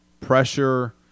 pressure